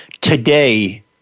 today